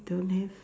don't have